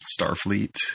Starfleet